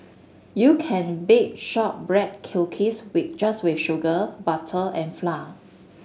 you can bake shortbread cookies with just with sugar butter and flour